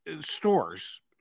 stores